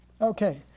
Okay